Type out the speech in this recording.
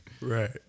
Right